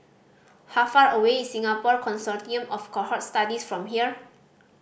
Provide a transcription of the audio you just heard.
how far away is Singapore Consortium of Cohort Studies from here